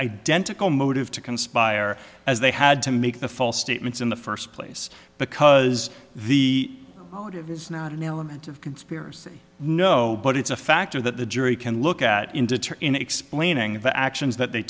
identical motive to conspire as they had to make the false statements in the first place because the motive is not an element of conspiracy no but it's a factor that the jury can look at in deter in explaining the actions that they